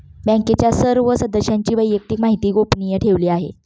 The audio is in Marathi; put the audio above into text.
बँकेच्या सर्व सदस्यांची वैयक्तिक माहिती गोपनीय ठेवली जाते